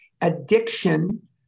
Addiction